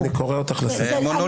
אני קורא אותך לסדר פעם שנייה.